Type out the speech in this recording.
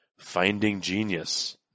FINDINGGENIUS